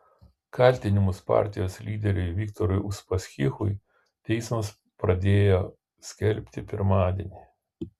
kaltinimus partijos lyderiui viktorui uspaskichui teismas pradėjo skelbti pirmadienį